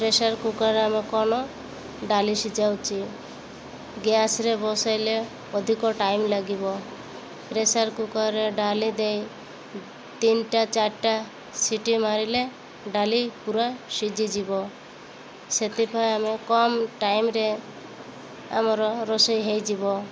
pressure cooker ଆମେ କ'ଣ ଡାଲି ସିଝାଉଛି ଗ୍ୟାସ୍ରେ ବସେଇଲେ ଅଧିକ ଟାଇମ୍ ଲାଗିବ ପ୍ରେସର୍ କୁକର୍ରେ ଡାଲି ଦେଇ ତିନିଟା ଚାରିଟା ସିଟି ମାରିଲେ ଡାଲି ପୁରା ସିଝିଯିବ ସେଥିପାଇଁ ଆମେ କମ ଟାଇମ୍ରେ ଆମର ରୋଷେଇ ହେଇଯିବ